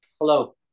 hello